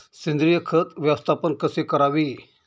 सेंद्रिय खत व्यवस्थापन कसे करावे?